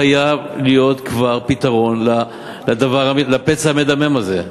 חייב להיות כבר פתרון לפצע המדמם הזה.